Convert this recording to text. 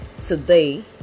today